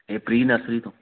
ਇਹ pre nursery ਤੋਂ